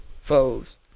foes